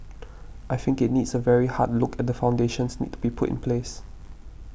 I think it needs a very hard look at foundations need to be put in place